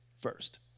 first